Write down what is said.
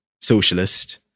socialist